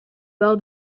well